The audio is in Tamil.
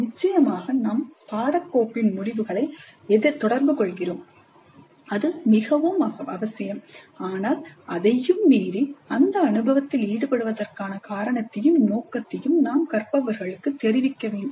நிச்சயமாக நாம் பாடக் கோப்பின் முடிவுகளை தொடர்பு கொள்கிறோம் அது மிகவும் அவசியம் ஆனால் அதையும் மீறி அந்த அனுபவத்தில் ஈடுபடுவதற்கான காரணத்தையும் நோக்கத்தையும் நாம் கற்பவர்களுக்கு தெரிவிக்க வேண்டும்